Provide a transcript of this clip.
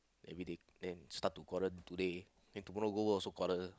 everyday then start to quarrel today then tomorrow go work also quarrel